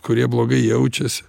kurie blogai jaučiasi